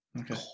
Okay